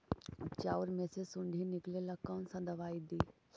चाउर में से सुंडी निकले ला कौन दवाई दी?